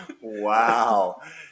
Wow